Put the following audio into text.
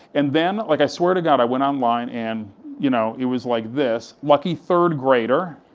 and then, like i swear to god, i went online, and you know, it was like this, lucky third-grader.